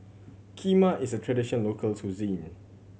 kheema is a traditional local cuisine